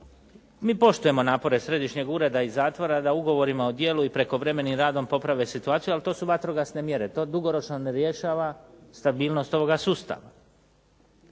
Mi poštujemo napore Središnjeg ureda i zatvora da ugovorima o djelu i prekovremenim radom poprave situaciju ali to su vatrogasne mjere, to dugoročno ne rješava stabilnost ovoga sustava.